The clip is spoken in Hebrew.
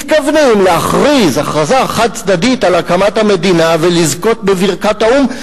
מתכוונים להכריז הכרזה חד-צדדית על הקמת המדינה ולזכות בברכת האו"ם,